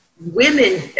women